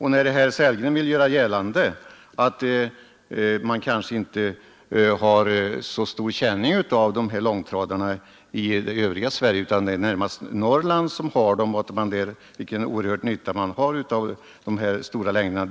Herr Sellgren gjorde gällande att de största långtradarna främst förekommer i Norrland, där man har stor nytta av möjligheten att utnyttja den högsta tillåtna längden, och att övriga Sverige kanske inte så mycket berörs av dessa långa fordon.